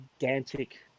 gigantic